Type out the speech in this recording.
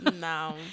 No